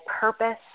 purpose